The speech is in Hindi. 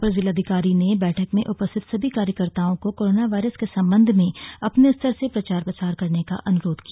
अपरजिलाधिकारी ने बैठक में उपस्थित सभी कार्यकर्ताओं को कोरोना वायरस के संबंध में अपने स्तर से प्रचार प्रसार करने का अनुरोध किया